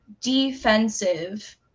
defensive